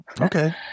Okay